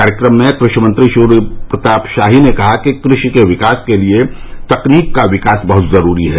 कार्यक्रम में कृषि मंत्री सूर्य प्रताप शाही ने कहा कि कृषि के विकास के लिए तकनीक का विकास बहुत जरूरी है